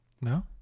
No